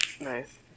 Nice